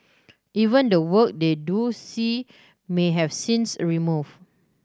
even the work they do see may have scenes removed